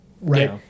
right